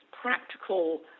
practical